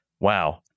Wow